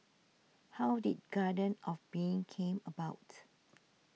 how did Garden of Being came about